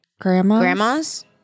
Grandma's